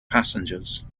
passengers